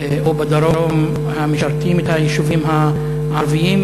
בצפון ובדרום המשרתים את היישובים הערביים,